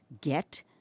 get